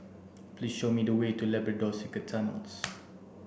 please show me the way to Labrador Secret Tunnels